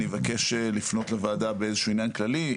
אני אבקש לפנות לוועדה באיזה שהוא עניין כללי.